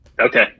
Okay